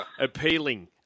appealing